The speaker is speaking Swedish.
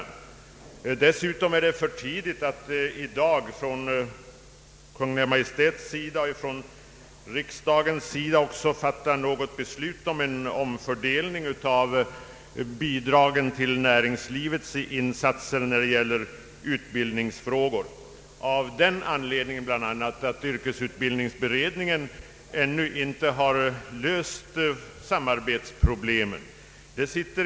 Dessutom är det för tidigt att i dag från Kungl. Maj:ts och riksdagens sida besluta om omfördelning av bidragen till näringslivets insatser när det gäller utbildningsfrågor, bl.a. av den anledningen att yrkesutbildningsberedningen ännu inte har löst samarbetsproblemet.